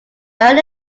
earned